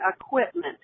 equipment